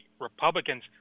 republicans